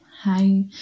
hi